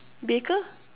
baker